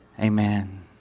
Amen